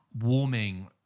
warming